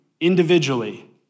individually